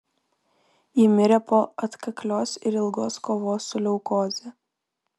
ji mirė po atkaklios ir ilgos kovos su leukoze